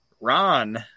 Ron